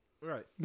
Right